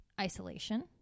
isolation